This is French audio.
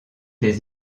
des